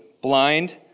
blind